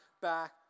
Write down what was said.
back